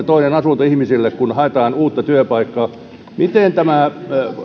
toinen asunto on todella kustannus ihmisille kun haetaan uutta työpaikkaa miten tämä